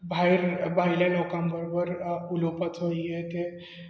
भायर भायल्या लोकां बरोबर उलोवपाचो हे ते